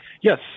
Yes